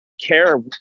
care